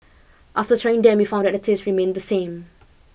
after trying them we found that the taste remained the same